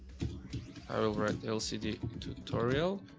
i will write lcd tutorial.